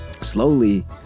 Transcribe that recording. slowly